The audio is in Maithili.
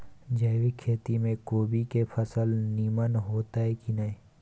जैविक खेती म कोबी के फसल नीमन होतय की नय?